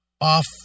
off